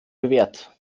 bewährt